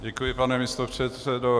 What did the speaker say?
Děkuji, pane místopředsedo.